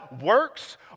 works